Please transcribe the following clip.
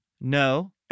No